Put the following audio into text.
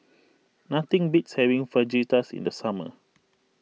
nothing beats having Fajitas in the summer